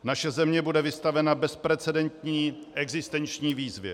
Naše země bude vystavena bezprecedentní existenční výzvě.